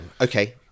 okay